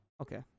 Okay